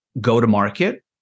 go-to-market